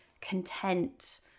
content